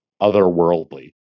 otherworldly